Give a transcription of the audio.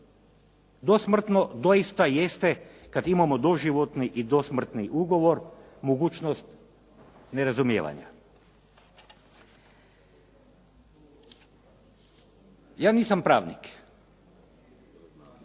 Dosmrtno doista jeste kad imamo doživotni i dosmrtni ugovor, mogućnost nerazumijevanja. Ja nisam pravnik.